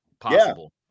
possible